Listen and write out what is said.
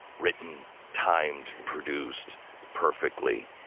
written, timed, produced perfectly.